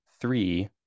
three